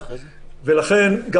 אם